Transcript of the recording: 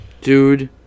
Dude